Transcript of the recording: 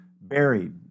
buried